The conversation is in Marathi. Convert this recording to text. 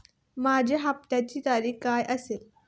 माझ्या हप्त्याची तारीख काय असेल?